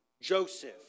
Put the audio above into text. Joseph